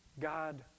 God